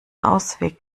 ausweg